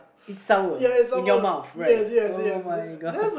it's sour in your mouth right oh-my-god